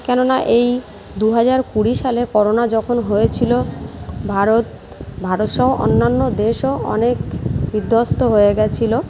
কেননা এই দু হাজার কুড়ি সালে করোনা যখন হয়েছিলো ভারত ভারতসহ অন্যান্য দেশও অনেক বিধ্বস্ত হয়ে গিয়েছিলো